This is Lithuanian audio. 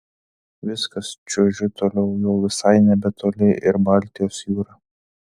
viskas čiuožiu toliau jau visai nebetoli ir baltijos jūra